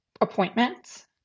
appointments